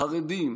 חרדים,